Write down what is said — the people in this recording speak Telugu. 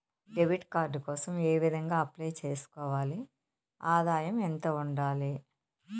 డెబిట్ కార్డు కోసం ఏ విధంగా అప్లై సేసుకోవాలి? ఆదాయం ఎంత ఉండాలి?